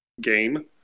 game